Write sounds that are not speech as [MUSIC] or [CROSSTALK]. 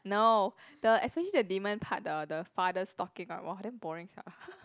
no the especially the demon part the the father stalking !wah! damn boring sia [LAUGHS]